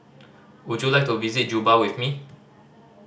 would you like to visit Juba with me